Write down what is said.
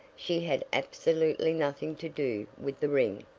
she had absolutely nothing to do with the ring.